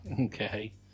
Okay